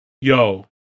yo